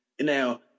Now